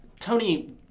Tony